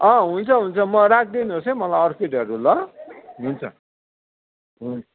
अँ हुन्छ हुन्छ म राखिदिनुहोस् है मलाई अर्किडहरू ल हुन्छ हुन्